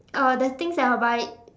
uh the things that I'll buy